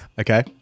Okay